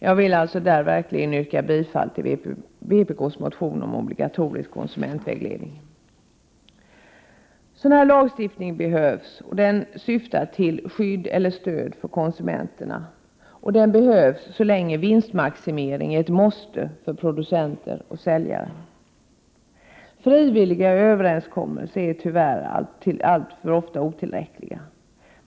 Jag vill därför yrka bifall till vpk:s motion om obligatorisk konsumentvägledning. Lagstiftning som syftar till stöd eller skydd för konsumenterna behövs så länge vinstmaximering är ett måste för producenter och säljare. Frivilliga överenskommelser är otillräckliga.